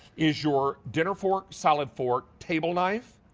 is your dinner fork, salad fork, table knife.